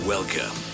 Welcome